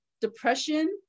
depression